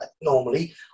normally